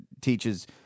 teaches